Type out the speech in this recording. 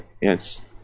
Yes